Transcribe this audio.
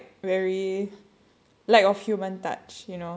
I mean it's not scary it's just like very lack of human touch you know